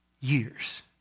years